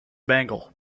bangle